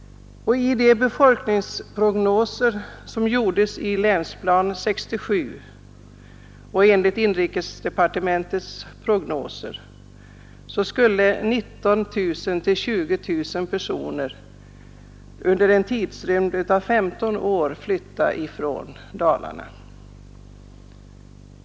I de befolkningsprognoser som redovisas i Länsplan 67 och även enligt inrikesdepartementets prognoser skulle 19 000—20 000 personer inom de närmaste 15 åren flytta ut från Dalarna.